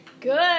good